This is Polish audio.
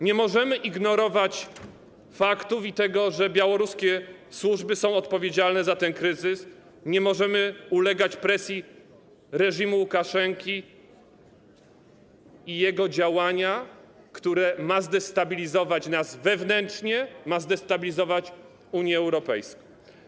Nie możemy ignorować faktów i tego, że białoruskie służby są odpowiedzialne za ten kryzys, nie możemy ulegać presji reżimu Łukaszenki i jego działania, które ma zdestabilizować nas wewnętrznie, ma zdestabilizować Unię Europejską.